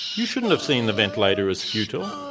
you shouldn't have seen the ventilator as futile,